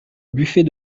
buffet